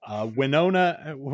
Winona